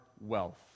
wealth